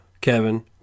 Kevin